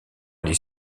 les